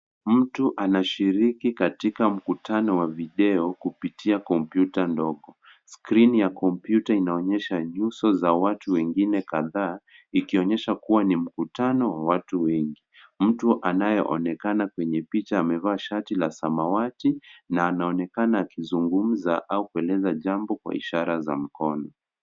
Mtu anashiriki katika mkutano wa video kupitia kompyuta ndogo. Skrini ya kompyuta inaonyesha nyuso za watu wengine kadhaa, ikionyesha kuwa ni mkutano wa watu wengi. Mtu anayeonekana kwenye picha amevaa shati la samawati, na anaonekana akizungumza au kueleza jambo kwa ishara za mkono.